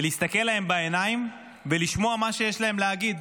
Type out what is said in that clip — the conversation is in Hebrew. ולהסתכל להם בעיניים ולשמוע מה שיש להם להגיד.